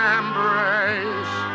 embrace